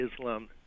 islam